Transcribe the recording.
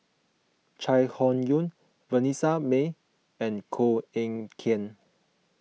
Chai Hon Yoong Vanessa Mae and Koh Eng Kian